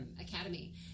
Academy